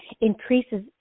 increases